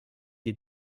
des